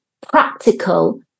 practical